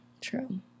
True